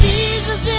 Jesus